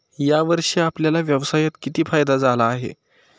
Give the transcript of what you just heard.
या वर्षी आपल्याला व्यवसायात किती फायदा झाला आहे?